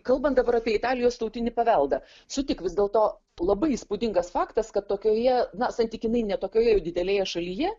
kalbant dabar apie italijos tautinį paveldą sutik vis dėl to labai įspūdingas faktas kad tokioje na santykinai ne tokioje jau didelėje šalyje